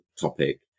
topic